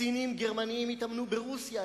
קצינים גרמנים התאמנו ברוסיה,